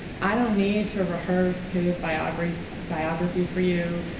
i don't need to rehearse his biography biography for you.